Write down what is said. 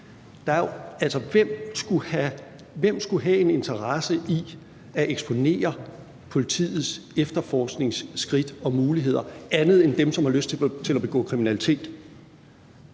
hvem skulle have en interesse i at eksponere politiets efterforskningsskridt og -muligheder andet end dem, som har lyst til at begå kriminalitet?